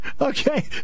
Okay